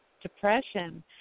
depression